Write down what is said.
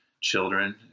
children